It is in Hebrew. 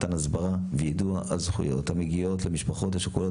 מתן הסברה ויידוע על זכויות המגיעות למשפחות השכולות